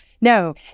No